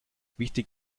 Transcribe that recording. wichtig